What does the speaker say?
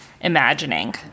imagining